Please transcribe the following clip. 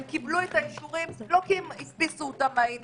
הם קיבלו את האישורים לא כי הם הדפיסו אותם מהאינטרנט.